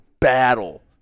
battle